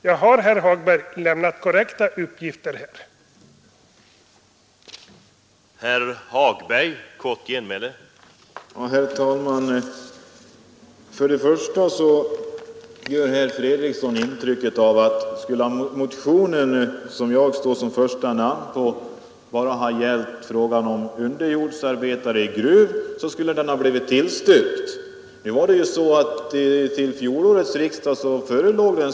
Jag har lämnat korrekta uppgifter här, herr Hagberg.